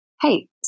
hey